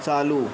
चालू